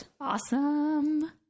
awesome